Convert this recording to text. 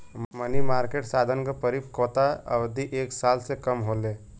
मनी market साधन क परिपक्वता अवधि एक साल से कम होले